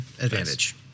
advantage